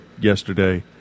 yesterday